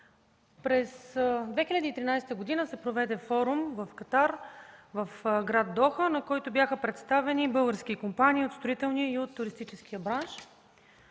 През 2013 г. се проведе форум в Катар в град Доха, на който бяха представени български компании от строителния и туристическия бранш.